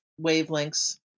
wavelengths